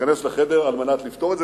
להיכנס לחדר על מנת לפתור את זה.